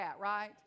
right